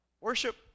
Worship